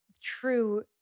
true